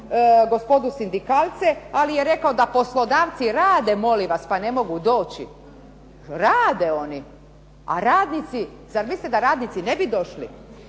gospodu sindikalce, ali je rekao da poslodavci rade, molim vas, pa ne mogu doći. Rade oni, a radnici, zar mislite da radnici ne bi došli?